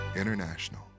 International